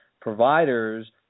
providers